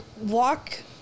walk